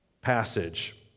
passage